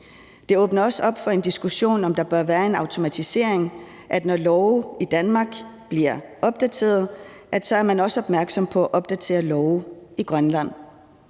Det åbner også op for en diskussion om, hvorvidt der bør være en automatisering, sådan at når love bliver opdateret i Danmark, så er man også opmærksom på at opdatere lovene i Grønland.